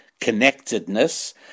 connectedness